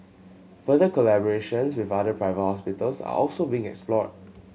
further collaborations with other private hospitals are also being explored